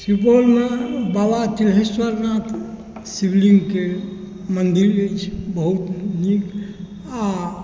सुपौलमे बाबा त्रिहेश्वरनाथ शिवलिंगके मंदिर अछि बहुत नीक आ